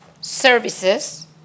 services